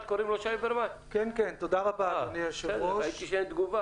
אדוני היושב-ראש,